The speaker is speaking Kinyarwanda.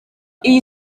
iyi